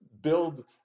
build